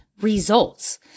results